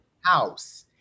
house